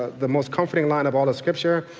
the most comforting line of all of scripture.